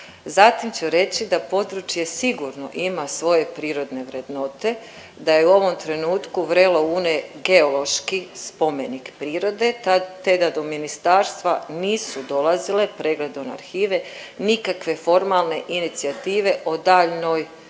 Zatim ću reći da područje sigurno ima svoje prirodne vrednote, da je u ovom trenutku Vrelo Une geološki spomenik prirode te da do ministarstva nisu dolazile pregledom arhive nikakve formalne inicijative o daljnjoj